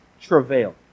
travail